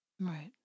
Right